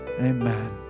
Amen